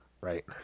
right